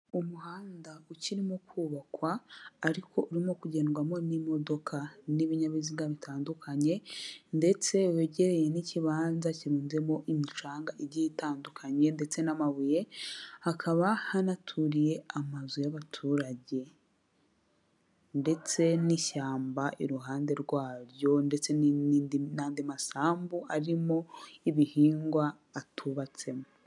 Umuhanda ukirimo kubakwa ariko urimo kugendwamo n'imodoka n'ibinyabiziga bitandukanye, ndetse wegereye n'ikibanza kirunzemo imicanga igiye itandukanye ndetse n'amabuye, hakaba hanaturiye amazu y'abaturage ndetse n'ishyamba iruhande rwabyo, ndetse n'andi masambu arimo y'ibihingwa atubatsemo.